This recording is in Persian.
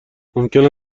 ممکن